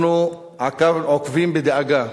אנחנו עוקבים בדאגה